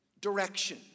direction